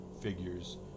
figures